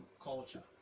culture